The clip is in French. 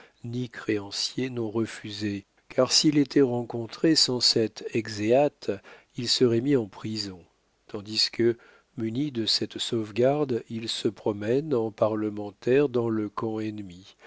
ni créancier n'ont refusé car s'il était rencontré sans cet exeat il serait mis en prison tandis que muni de cette sauvegarde il se promène en parlementaire dans le camp ennemi